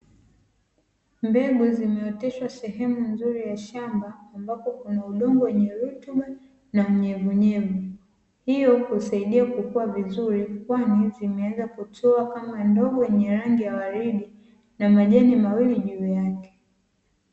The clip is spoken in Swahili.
Mbegu zimeoteshwa sehemu nzuri ya shamba ambapo kuna udongo wenye rutuba na unyevunyevu, hiyo husaidia kukua vizuri kwani zimeweza kutoa kamba ndogo yenye rangi ya uwaridi na majani mawili juu yake.